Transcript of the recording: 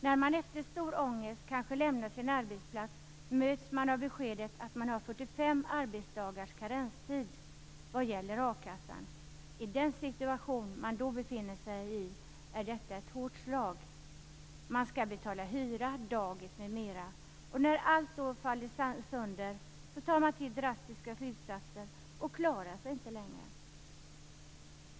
När man efter stor ångest kanske lämnar sin arbetsplats möts man av beskedet att man har 45 arbetsdagars karenstid vad gäller a-kassan. I den situation man då befinner sig är detta ett hårt slag. Man skall betala hyra, dagis m.m. När allt faller sönder tar man till drastiska åtgärder och klarar sig inte längre.